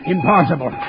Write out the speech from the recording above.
Impossible